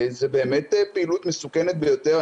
זה באמת פעילות מסוכנת ביותר.